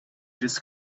just